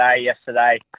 yesterday